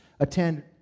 attend